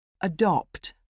Adopt